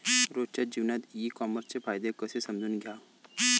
रोजच्या जीवनात ई कामर्सचे फायदे कसे समजून घ्याव?